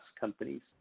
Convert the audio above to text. companies